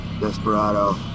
Desperado